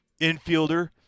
infielder